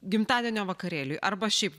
gimtadienio vakarėliui arba šiaip